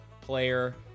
player